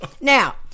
Now